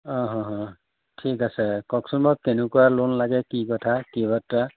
অঁ হ্ হ্ ঠিক আছে কওকচোন বাৰু কেনেকুৱা লোণ লাগে কি কথা কি বাৰ্তা